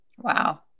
Wow